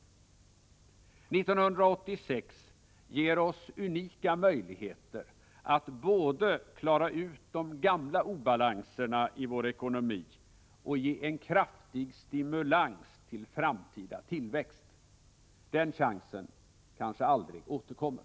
1986 ger oss unika möjligheter att både klara ut de gamla obalanserna i vår ekonomi och ge en kraftig stimulans till framtida tillväxt. Den chansen kanske aldrig återkommer!